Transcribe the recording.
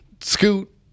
scoot